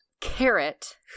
carrot